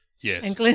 Yes